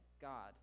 God